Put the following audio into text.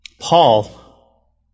Paul